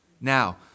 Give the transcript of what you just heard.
Now